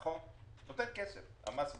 נותן כסף ממס בריאות.